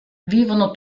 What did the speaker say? vivono